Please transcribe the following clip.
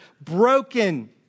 broken